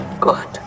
good